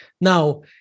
now